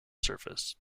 surface